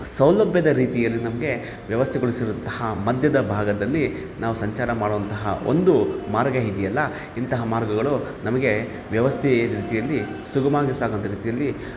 ಸೌಲಭ್ಯದ ರೀತಿಯಲ್ಲಿ ನಮಗೆ ವ್ಯವಸ್ಥೆಗೊಳಿಸಿರುಂತಹ ಮಧ್ಯದ ಭಾಗದಲ್ಲಿ ನಾವು ಸಂಚಾರ ಮಾಡೊವಂತಹ ಒಂದು ಮಾರ್ಗ ಇದ್ಯಲ್ಲಾ ಇಂತಹ ಮಾರ್ಗಗಳು ನಮಗೆ ವ್ಯವಸ್ಥೆಯ ರೀತಿಯಲ್ಲಿ ಸುಗಮವಾಗಿ ಸಾಗೋವಂಥ ರೀತಿಯಲ್ಲಿ